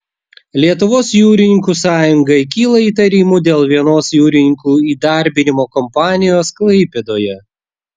lietuvos jūrininkų sąjungai kyla įtarimų dėl vienos jūrininkų įdarbinimo kompanijos klaipėdoje